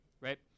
right